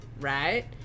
right